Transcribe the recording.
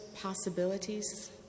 possibilities